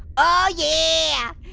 ah yeah,